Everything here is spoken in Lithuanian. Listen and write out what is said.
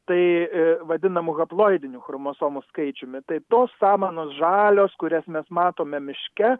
tai vadinama haploidiniu chromosomų skaičiumi tai tos samanos žalios kurias mes matome miške